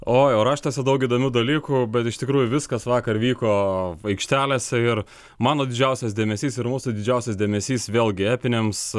oi o raštuose daug įdomių dalykų bet iš tikrųjų viskas vakar vyko aikštelėse ir mano didžiausias dėmesys ir mūsų didžiausias dėmesys vėlgi epiniams